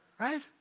right